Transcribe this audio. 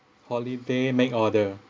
holiday make order